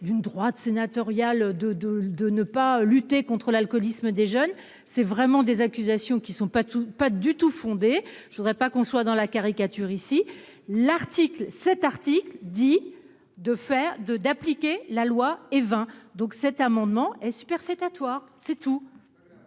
d'une droite sénatoriale de de de ne pas lutter contre l'alcoolisme des jeunes c'est vraiment des accusations qui sont pas tout, pas du tout fondé je voudrais pas qu'on soit dans la caricature ici l'article cet article dit de faire de, d'appliquer la loi Evin. Donc, cet amendement est superfétatoire. C'est tout.